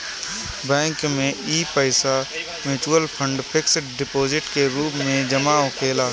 bank में इ पईसा मिचुअल फंड, फिक्स डिपोजीट के रूप में जमा होखेला